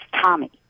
Tommy